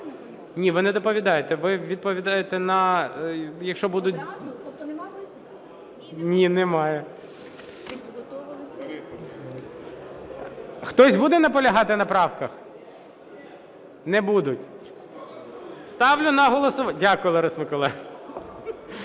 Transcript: Ні, ви не доповідаєте, ви відповідаєте на... Якщо будуть... Ні, немає. Хтось буде наполягати на правках? Не будуть. Ставлю на голосування... Дякую, Лариса Миколаївна.